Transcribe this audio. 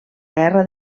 guerra